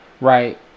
right